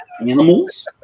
animals